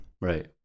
Right